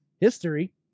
history